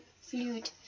fluid